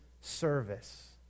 service